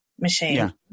Machine